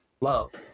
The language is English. love